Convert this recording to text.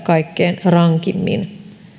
kaikkein rankimmin